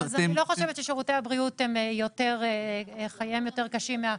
אני לא חושבת ששירותי הבריאות חייהם יותר קשים משל אחרים.